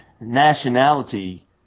nationality